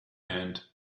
and